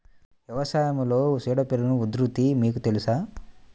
వ్యవసాయంలో చీడపీడల ఉధృతి మీకు తెలుసా?